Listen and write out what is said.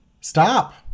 stop